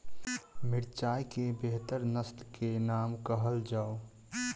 मिर्चाई केँ बेहतर नस्ल केँ नाम कहल जाउ?